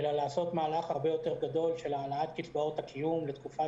אלא לעשות מהלך הרבה יותר גדול של העלאת קצבאות הקיום לתקופה